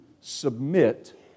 submit